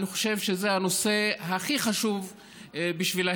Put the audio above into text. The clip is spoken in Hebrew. אני חושב שזה הנושא הכי חשוב בשבילם,